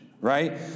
right